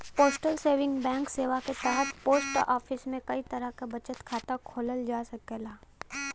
postal saving bank सेवा क तहत पोस्ट ऑफिस में कई तरह क बचत खाता खोलल जा सकेला